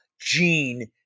gene